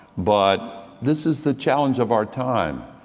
but this is the challenge of our time.